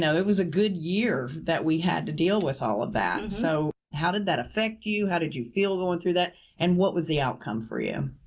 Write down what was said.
so it was a good year that we had to deal with all of that. so how did that affect you? how did you feel going through that and what was the outcome for you?